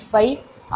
5 யூனிட்டாக உள்ளது